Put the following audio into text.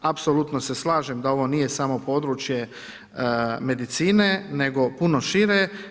Apsolutno se slažem da ovo nije samo područje medicine nego puno šire.